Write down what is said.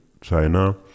China